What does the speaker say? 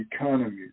economies